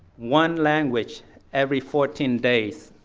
one language every fourteen days